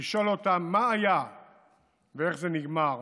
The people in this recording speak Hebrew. ולשאול אותם מה היה ואיך זה נגמר.